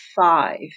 five